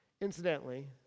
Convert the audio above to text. Incidentally